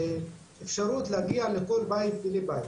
אפשרות להגיע לכל בית ובית.